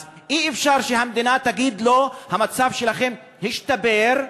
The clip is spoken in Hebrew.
אז אי-אפשר שהמדינה תגיד: לא, המצב שלכם השתפר,